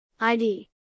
ID